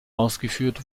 ausgeführt